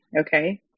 Okay